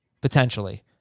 Potentially